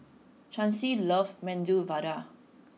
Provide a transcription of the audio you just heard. Chauncy loves Medu Vada